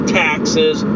taxes